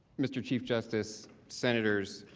mr. chief justice centers